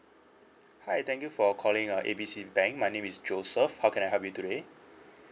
hi thank you for calling uh A B C bank my name is joseph how can I help you today